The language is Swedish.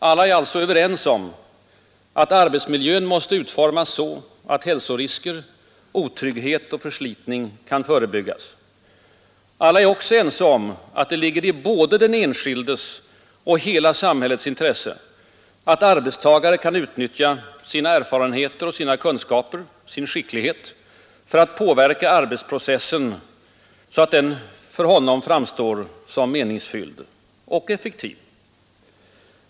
Alla är alltså överens om att arbetsmiljön måste utformas så att hälsorisker, otrygghet och förslitning kan förebyggas. Alla är också ense om att det ligger i både den enskildes och hela samhällets intresse att arbetstagaren kan utnyttja sina erfarenheter och kunskaper, sin skicklighet, för att påverka arbetsprocessen så att den för honom framstår som meningsfylld och effektiv.